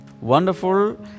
Wonderful